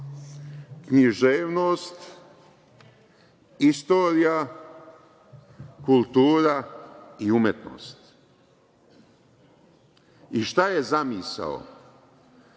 književnost, istorija, kultura i umetnost.I šta je zamisao?